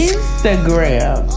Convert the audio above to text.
Instagram